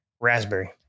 raspberry